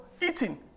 eating